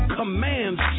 commands